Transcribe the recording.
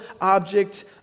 object